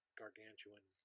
gargantuan